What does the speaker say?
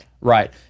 Right